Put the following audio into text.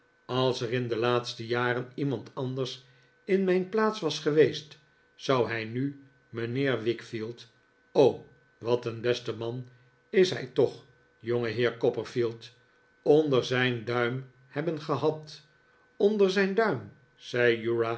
als er in de laatste jaren iemand anders in mijn plaats was geweest zou hij nu mijnheer wickfield o wat een beste man is hij toch jongeheer copperfield onder zijn duim hebben gehad onder zijn duim zei